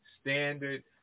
Standard